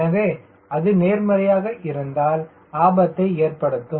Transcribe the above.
எனவே அது நேர்மறையாக இருந்தால் ஆபத்தை ஏற்படுத்தும்